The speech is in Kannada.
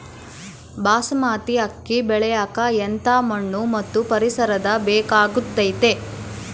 ಬಾಸ್ಮತಿ ಅಕ್ಕಿ ಬೆಳಿಯಕ ಎಂಥ ಮಣ್ಣು ಮತ್ತು ಪರಿಸರದ ಬೇಕಾಗುತೈತೆ?